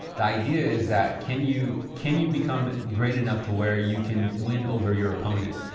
the idea is that, can you can you become great enough to where you can win over your opponent?